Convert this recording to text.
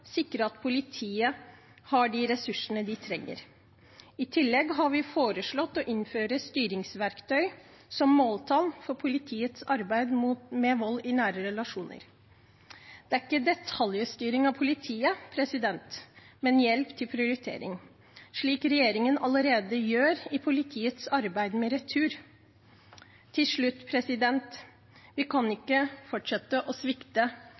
sikre at politiet har de ressursene de trenger. I tillegg har vi foreslått å innføre styringsverktøy, som måltall, for politiets arbeid med vold i nære relasjoner. Det er ikke detaljstyring av politiet, men hjelp til prioritering, slik regjeringen allerede gjør i politiets arbeid med returer. Til slutt: Vi kan ikke fortsette å svikte